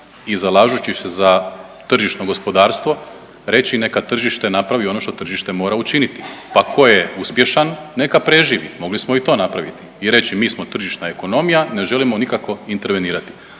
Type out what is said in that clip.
i zalažući se za tržišno gospodarstvo reći neka tržište napravi ono što tržište mora učiniti, pa ko je uspješan neka preživi, mogli smo i to napraviti i reći mi smo tržišna ekonomija, ne želimo nikako intervenirati.